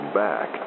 back